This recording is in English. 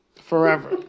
forever